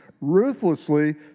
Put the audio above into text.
ruthlessly